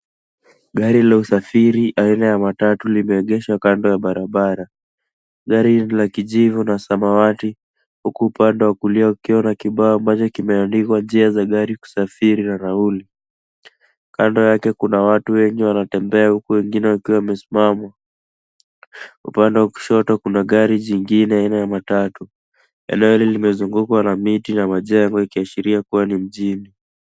Gari la usafiri aina ya matatu limeegeshwa kando ya barabara. Gari ni la kijivu na samawati, huku upande wa kulia ukiwa na kibao, moja kimeandikwa, njia za gari kusafiri na nauli. Kando yake kuna watu wengi wanatembea huku wengine wakiwa wamesimama. Upande wa kushoto, kuna gari jingine aina ya matatu. Eneo hili limezungukwa na miti na majengo, ikiashiria kuwa ni mjini.